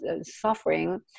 suffering